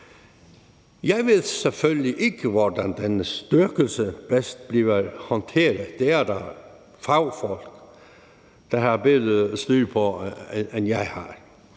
Jeg ved selvfølgelig ikke, hvordan denne styrkelse bedst bliver håndteret. Det er der fagfolk der har bedre styr på, end jeg har,